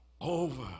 over